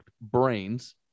brains